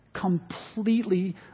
Completely